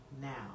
now